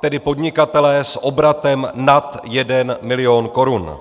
tedy podnikatelé s obratem nad jeden milion korun.